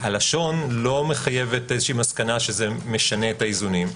הלשון לא מחייבת איזושהי מסקנה שזה משנה את האיזונים.